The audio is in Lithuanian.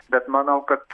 bet manau kad